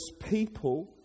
people